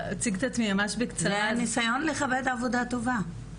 ניסיון לכבד עבודה טובה...